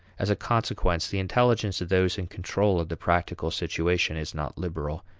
as a consequence, the intelligence of those in control of the practical situation is not liberal.